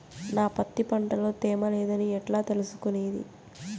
నా పత్తి పంట లో తేమ లేదని ఎట్లా తెలుసుకునేది?